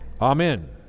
Amen